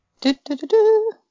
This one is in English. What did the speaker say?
Do-do-do-do